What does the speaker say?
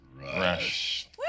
Rush